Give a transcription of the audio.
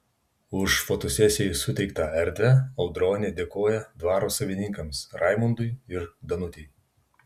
už fotosesijai suteiktą erdvę audronė dėkoja dvaro savininkams raimundui ir danutei